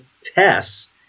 tests